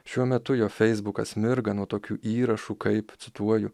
šiuo metu jo feisbukas mirga nuo tokių įrašų kaip cituoju